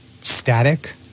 static